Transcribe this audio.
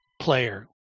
player